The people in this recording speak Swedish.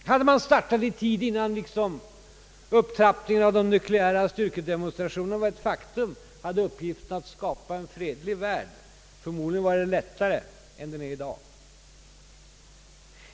Hade man startat i tid innan upptrappningen av de nukleära styrkedemonstrationerna var ett faktum, hade uppgiften att skapa en fredlig värld förmodligen varit lättare än den är i dag.